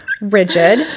Rigid